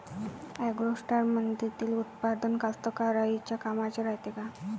ॲग्रोस्टारमंदील उत्पादन कास्तकाराइच्या कामाचे रायते का?